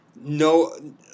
no